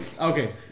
okay